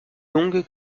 longue